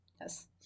Yes